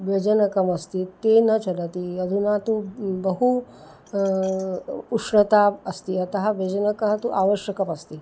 व्यजनमस्ति तत् न चलति अधुना तु बहु उष्णता अस्ति अतः व्यजनं तु आवश्यकमस्ति